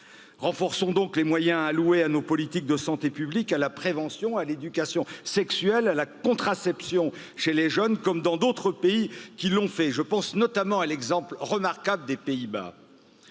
de santé publique, moyens alloués à nos politiques de santé publique, à la prévention, à l'éducation sexuelle et à la contraception chez les jeunes comme dans d'autres pays qui l'ont fait. Je pense notamment à l'exemple remarquable des pays bas